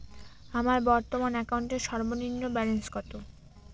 আমার বর্তমান অ্যাকাউন্টের সর্বনিম্ন ব্যালেন্স কত?